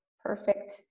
perfect